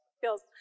Feels